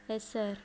yes sir